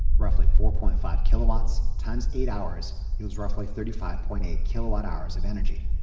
roughly four point five kilowatts times eight hours, yields roughly thirty five point eight kilowatt hours of energy.